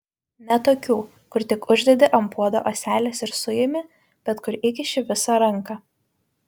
ne tokių kur tik uždedi ant puodo ąselės ir suimi bet kur įkiši visą ranką